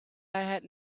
had